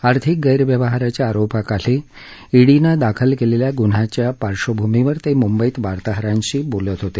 आर्थिक गैरव्यवहाराच्या आरोपाखाली ईडीनं दाखल केलेल्या गुन्ह्याच्या पार्श्वभूमीवर ते मुंबईत वार्ताहरांशी बोलत होते